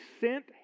sent